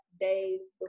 days